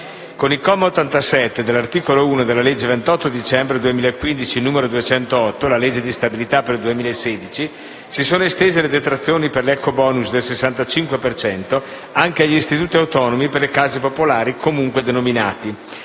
Con il comma 87 dell'articolo 1 della legge 28 dicembre 2015, n. 208 (legge di stabilità per il 2016), si sono estese le detrazioni per l'ecobonus del 65 per cento anche agli «Istituti autonomi per le case popolari, comunque denominati»,